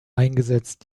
eingesetzt